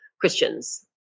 Christians